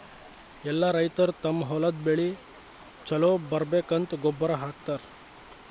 ಎಲ್ಲಾ ರೈತರ್ ತಮ್ಮ್ ಹೊಲದ್ ಬೆಳಿ ಛಲೋ ಬರ್ಬೇಕಂತ್ ಗೊಬ್ಬರ್ ಹಾಕತರ್